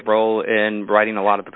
a role in writing a lot of